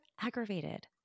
aggravated